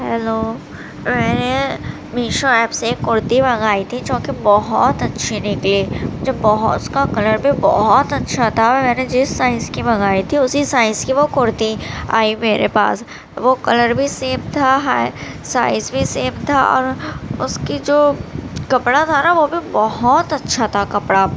hello میں نے Meesho app سے کُرتی منگائی تھی جوکہ بہت اچھی تھی مجھے بہت اس کا کلر بھی بہت اچھا تھا اور میں نے جس سائز کی منگائی تھی اسی سائز کی وہ کُرتی آئی میرے پاس وہ کلر بھی سیم تھا سائز بھی سیم تھا اور اس کی جو کپڑا تھا نا وہ بھی بہت اچھا تھا کپڑا